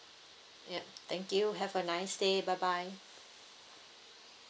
yup thank you have a nice day bye bye